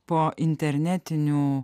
po internetinių